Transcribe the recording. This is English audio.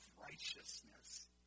righteousness